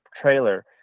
trailer